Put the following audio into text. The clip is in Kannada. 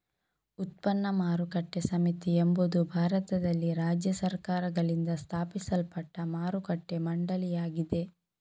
ಉತ್ಪನ್ನ ಮಾರುಕಟ್ಟೆ ಸಮಿತಿ ಎಂಬುದು ಭಾರತದಲ್ಲಿ ರಾಜ್ಯ ಸರ್ಕಾರಗಳಿಂದ ಸ್ಥಾಪಿಸಲ್ಪಟ್ಟ ಮಾರುಕಟ್ಟೆ ಮಂಡಳಿಯಾಗಿದೆ